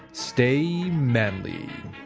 stay manly